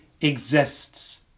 exists